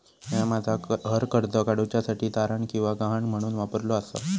म्या माझा घर कर्ज काडुच्या साठी तारण किंवा गहाण म्हणून वापरलो आसा